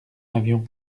avion